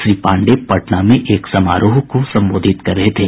श्री पांडेय पटना में एक समारोह को संबोधित कर रहे थे